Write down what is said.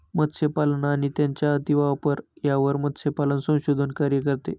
मत्स्यपालन आणि त्यांचा अतिवापर यावर मत्स्यपालन संशोधन कार्य करते